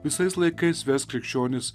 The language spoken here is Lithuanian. visais laikais ves krikščionis